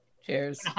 Cheers